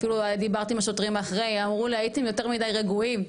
אפילו דיברתי עם השוטרים אחרי ואמרו לי "הייתם יותר מידי רגועים".